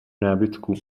nábytku